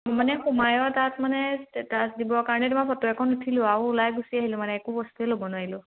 মানে সোমায় তাত মানে ষ্টেটাছ দিবৰ কাৰণে তোমাৰ ফটো এখন উঠিলোঁ আৰু ওলাই গুচি আহিলোঁ মানে একো বস্তুৱে ল'ব নোৱাৰিলোঁ